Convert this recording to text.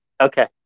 okay